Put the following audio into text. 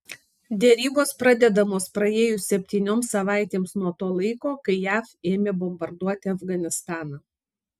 derybos pradedamos praėjus septynioms savaitėms nuo to laiko kai jav ėmė bombarduoti afganistaną